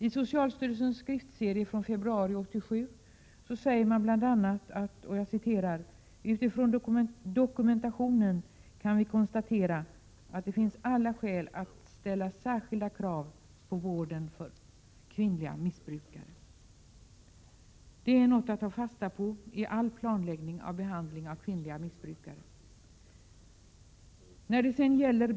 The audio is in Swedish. I socialstyrelsens skriftserie från februari 1987 sägs bl.a. att utifrån dokumentationen kan vi konstatera att det finns alla skäl att ställa särskilda krav på vården för kvinnliga missbrukare. Det är någonting att ta fasta på vid all planläggning av vården för kvinnliga missbrukare.